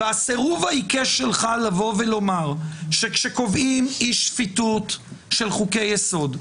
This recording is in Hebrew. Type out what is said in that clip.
והסירוב העיקש שלך לבוא ולומר שכאשר קובעים אי-שפיטות של חוקי יסוד,